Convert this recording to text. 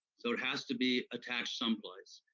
so it has to be attached someplace.